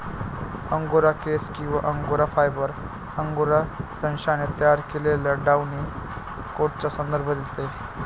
angora केस किंवा angora fibre, angora सशाने तयार केलेल्या डाउनी कोटचा संदर्भ देते